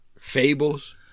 fables